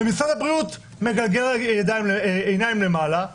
ומשרד הבריאות מגלגל עיניים למעלה,